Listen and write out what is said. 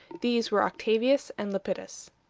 these were octavius and lepidus.